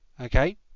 Okay